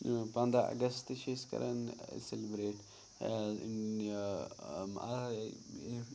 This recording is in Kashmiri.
پنٛداہ اَگستہٕ چھِ أسۍ کَران سٮ۪لبرٛیٹ